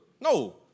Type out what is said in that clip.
No